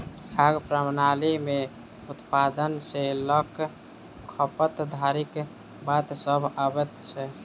खाद्य प्रणाली मे उत्पादन सॅ ल क खपत धरिक बात सभ अबैत छै